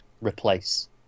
replace